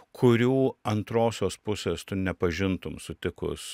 kurių antrosios pusės tu nepažintum sutikus